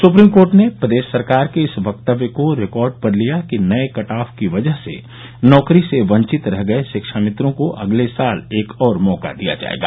supreme court ने प्रदेश सरकार के इस वक्तव्य को रिकॉर्ड पर लिया कि नये कटऑफ की वजह से नौकरी से वंचित रह गए शिक्षामित्रों को अगले साल एक और मौका दिया जाएगा